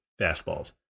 fastballs